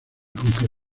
aunque